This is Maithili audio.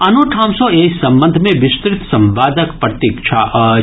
आनो ठाम सँ एहि संबंध मे विस्तृत संवादक प्रतीक्षा अछि